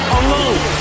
alone